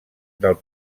del